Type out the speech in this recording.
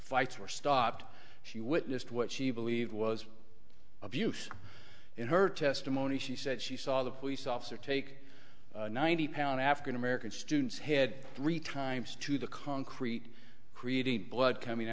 fights were stopped she witnessed what she believed was abuse in her testimony she said she saw the police officer take ninety pound african american students head three times to the concrete creating blood coming